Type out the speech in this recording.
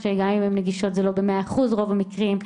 שגם אם הן נגישות זה לא במאה אחוז ברוב המקרים.